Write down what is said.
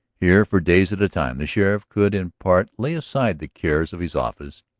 here for days at a time the sheriff could in part lay aside the cares of his office,